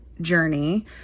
journey